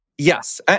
Yes